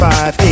Five